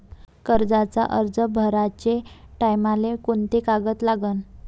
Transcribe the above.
कर्जाचा अर्ज भराचे टायमाले कोंते कागद लागन?